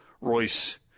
Royce